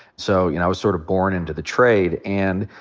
so, you know, i was sort of born into the trade. and,